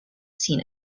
seen